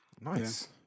Nice